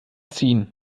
ziehen